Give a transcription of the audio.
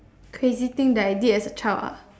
crazy thing that I did as a child ah